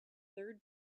third